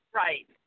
right